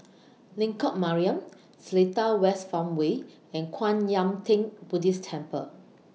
Lengkok Mariam Seletar West Farmway and Kwan Yam Theng Buddhist Temple